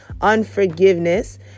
unforgiveness